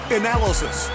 analysis